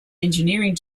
engineering